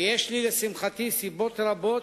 ויש לי, לשמחתי, סיבות רבות,